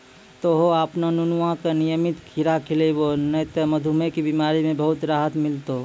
तोहॅ आपनो नुनुआ का नियमित खीरा खिलैभो नी त मधुमेह के बिमारी म बहुत राहत मिलथौं